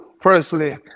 Firstly